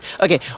Okay